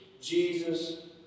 Jesus